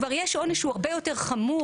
כבר יש עונש שהוא הרבה יותר חמור.